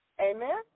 Amen